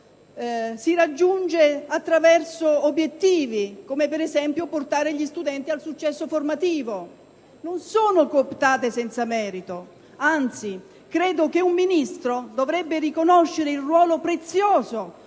si raggiunge attraverso obiettivi, come per esempio portare gli studenti al successo formativo. Non sono cooptati senza merito, anzi credo che un Ministro dovrebbe riconoscere il ruolo prezioso